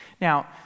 Now